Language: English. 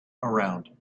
around